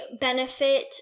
benefit